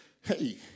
Hey